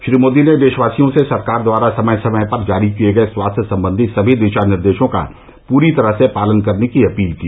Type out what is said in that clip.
श्री मोदी ने देशवासियों से सरकार द्वारा समय समय पर जारी किए गए स्वास्थ्य संबंधी सभी दिशानिर्देशों का पूरी तरह से पालन करने की अपील की